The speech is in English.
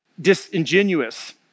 disingenuous